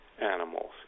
animals